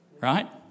Right